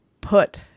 put